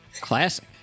classic